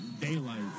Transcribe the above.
daylight